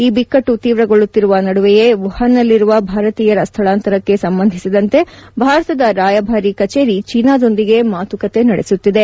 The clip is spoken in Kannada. ಈ ಬಿಕ್ಕಟ್ಟು ತೀವ್ರಗೊಳ್ಳುತ್ತಿರುವ ನಡುವೆಯೇ ವುಹಾನ್ನಲ್ಲಿರುವ ಭಾರತೀಯರ ಸ್ದಳಾಂತರಕ್ಕೆ ಸಂಬಂಧಿಸಿದಂತೆ ಭಾರತದ ರಾಯಭಾರಿ ಕಚೇರಿ ಚೀನಾದೊಂದಿಗೆ ಮಾತುಕತೆ ನಡೆಸುತ್ತಿದೆ